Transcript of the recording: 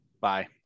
Bye